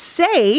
say